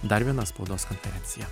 dar viena spaudos konferencija